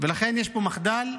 ולכן יש פה מחדל,